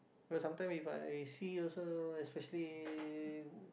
because sometimes If I see also especially